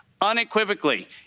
unequivocally